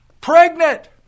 pregnant